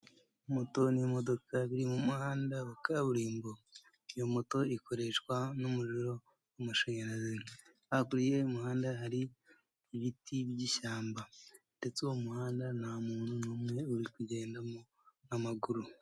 Moto n'imodoka biri mu muhanda wa kaburimbo. Iyo moto ikoreshwa n'umuriro w'amashanyarazi, hakurya y'umuhanda hari ibiti by'ishyamba. Ndetse uwo muhanda nta muntu n'umwe uri kugendamo n'amaguru.